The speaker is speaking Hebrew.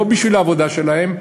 לא בשביל העבודה שלהם,